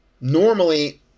Normally